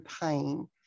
pain